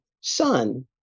son